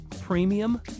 premium